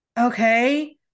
Okay